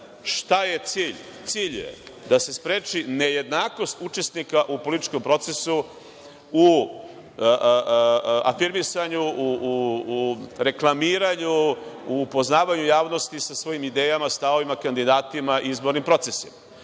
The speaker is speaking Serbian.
Šta je cilj? Cilj je da se spreči nejednakost učesnika u političkom procesu u afirmisanju, u reklamiranju, u upoznavanju javnosti sa svojim idejama, stavovima, kandidatima izbornog procesa.